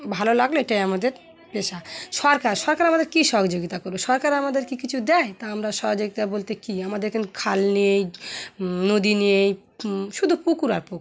ভালো লাগলো এটাই আমাদের পেশা সরকার সরকার আমাদের কী সহযোগিতা করবে সরকার আমাদেরকে কিছু দেয় তা আমরা সহযোগিতা বলতে কী আমাদের এখানে খাল নেই নদী নেই শুধু পুকুর আর পুকুর